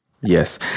Yes